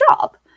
job